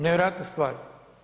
Nevjerojatna stvar.